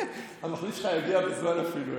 המחליף שלך יגיע בזמן, אה,